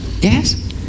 Yes